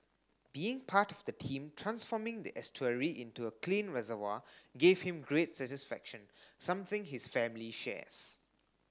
being part of the team transforming the estuary into a clean reservoir gave him great satisfaction something his family shares